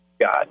God